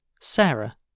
Sarah